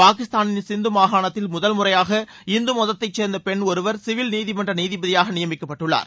பாகிஸ்தானின் சிந்து மாகாணத்தில் முதன்முறையாக இந்து மதத்தைச் சேர்ந்த பெண் ஒருவர் சிவில் நீதிமன்ற நீதிபதியாக நியமிக்கப்பட்டுள்ளார்